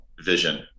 vision